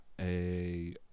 a-